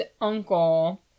uncle